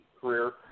career